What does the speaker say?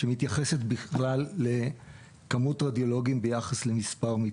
שמתייחסת בכלל לכמות הרדיולוגים ביחס למספר מיטות.